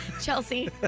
Chelsea